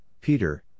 Peter